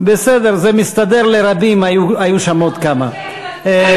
מעניין אותי איך היא חברה בשתי השדולות.